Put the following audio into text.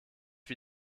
wie